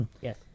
Yes